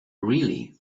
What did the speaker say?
really